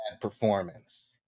performance